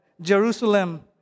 Jerusalem